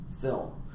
film